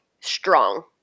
strong